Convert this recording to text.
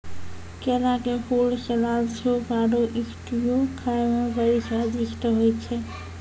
केला के फूल, सलाद, सूप आरु स्ट्यू खाए मे बड़ी स्वादिष्ट होय छै